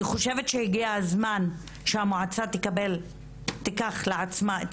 אני חושבת שהגיע הזמן שהמועצה תיקח לעצמה את